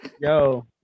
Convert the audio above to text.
Yo